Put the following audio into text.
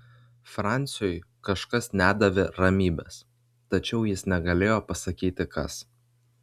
franciui kažkas nedavė ramybės tačiau jis negalėjo pasakyti kas